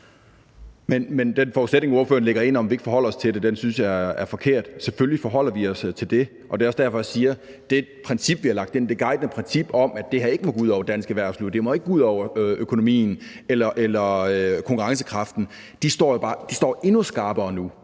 Men den forudsætning, ordføreren lægger ind om, at vi ikke forholder os til det, synes jeg er forkert. Selvfølgelig forholder vi os til det. Det er også derfor, jeg siger, at det guidende princip om, at det her ikke må gå ud over dansk erhvervsliv, at det ikke må gå ud over økonomien eller konkurrencekraften, står endnu skarpere nu.